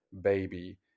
Baby